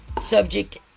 subject